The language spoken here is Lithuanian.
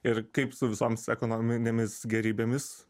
ir kaip su visoms ekonominėmis gėrybėmis